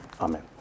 Amen